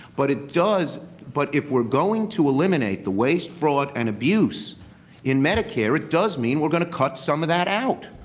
but it does but if we're going to eliminate the waste, fraud and abuse in medicare, it does mean we're going to cut some of that out.